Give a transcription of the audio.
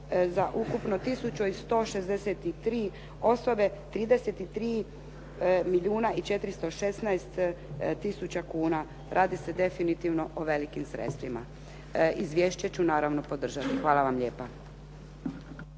za ukupno 1163 osobe, 33 milijuna i 416 tisuća kuna. Radi se definitivno o velikim sredstvima. Izvješće ću naravno podržati. Hvala vam lijepa.